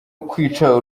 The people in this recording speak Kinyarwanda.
ukwica